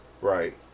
right